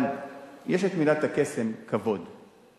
אבל יש את מילת הקסם: כבוד.